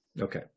Okay